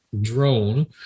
drone